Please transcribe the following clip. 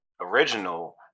original